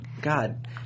God